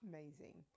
Amazing